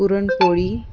puran poli